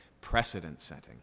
precedent-setting